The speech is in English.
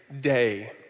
day